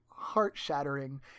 heart-shattering